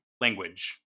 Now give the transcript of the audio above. language